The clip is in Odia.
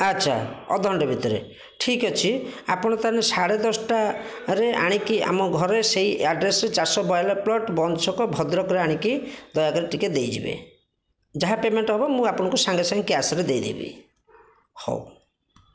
ଆଛା ଅଧ ଘଣ୍ଟେ ଭିତରେ ଠିକ୍ ଅଛି ଆପଣ ତାହେଲେ ସାଢ଼େ ଦଶଟାରେ ଆଣିକି ଆମ ଘରେ ସେହି ଆଡ୍ରେସରେ ଚାରିଶହ ବୟାନବେ ପ୍ଳଟ ବନ୍ଦ ଛକ ଭଦ୍ରକରେ ଆଣିକି ଦୟାକରି ଟିକେ ଦେଇ ଯିବେ ଯାହା ପେମେଣ୍ଟ ହେବ ମୁଁ ଆପଣଙ୍କୁ ସାଙ୍ଗେ ସାଙ୍ଗେ କ୍ୟାଶରେ ଦେଇ ଦେବି ହଉ